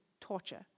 torture